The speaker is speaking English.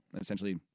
essentially